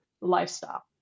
lifestyle